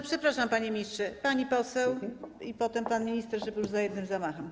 Przepraszam, panie ministrze, może pani poseł, a potem pan minister, żeby już za jednym zamachem było.